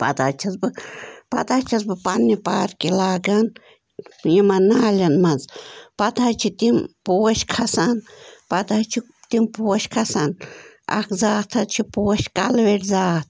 پَتہٕ حظ چھَس بہٕ پَتہٕ حظ چھَس بہٕ پنٛنہِ پارکہِ لاگان یِمن نَہٲلٮ۪ن منٛز پَتہٕ حظ چھِ تِم پوش کھَسان پتہٕ حظ چھِ تِم پوشہٕ کھَسان اَکھ زاتھ حظ چھِ پوش کَلہٕ ویٚٹھ زاتھ